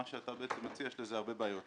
מה שאתה בעצם מציע, יש לזה הרבה בעיות.